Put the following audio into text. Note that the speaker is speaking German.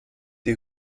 die